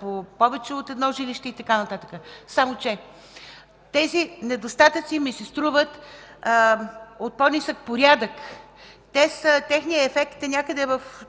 по повече от едно жилище и така нататък. Само че тези недостатъци ми се струват от по-нисък порядък. Техният ефект е някъде във